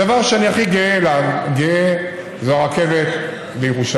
הדבר שאני הכי גאה בו זו הרכבת לירושלים.